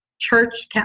Church